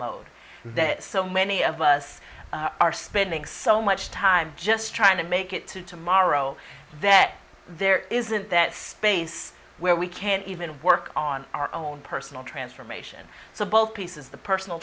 mode that so many of us are spending so much time just trying to make it to tomorrow that there isn't that space where we can even work on our own personal transformation so both pieces the personal